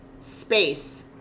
space